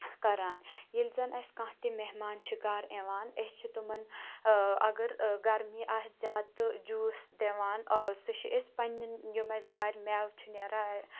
کَران ییٚلہِ زَن اَسہِ کانٛہہ تہِ مہمان چھِ گَرٕ یِوان أسۍ چھِ تِمَن اگر گَرمی آسہِ زیادٕ تہٕ جوٗس دِوان سُہ چھِ أسۍ پنٛنیٚن یِم اَسہِ گَرِ میوٕ چھِ نیران